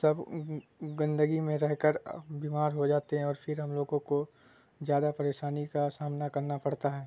سب گندگی میں رہ کر بیمار ہو جاتے ہیں اور پھر ہم لوگوں کو زیادہ پریشانی کا سامنا کرنا پڑتا ہے